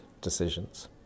decisions